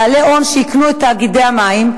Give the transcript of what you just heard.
בעלי הון שיקנו את תאגידי המים,